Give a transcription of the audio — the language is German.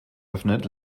öffnet